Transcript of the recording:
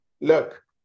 look